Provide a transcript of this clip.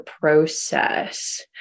process